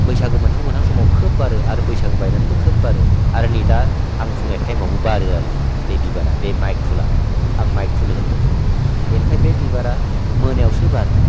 बैसागो मोनहां मोनहां समाव खोब बारो आरो बैसागो बायनानैबो खोब बारो आरो नै दा आं बुंनाय थाइमावबो बारो आरो बि बे बिबारा बे माइक फुलआ आं माइक फुल होन्दों बेनिफ्राय बे बिबारा मोनायावसो बारो